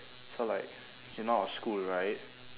so like you know our school right